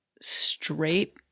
straight